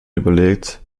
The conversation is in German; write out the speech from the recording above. überlegt